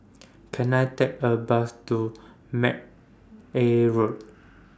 Can I Take A Bus to Mcnair Road